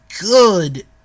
good